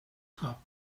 top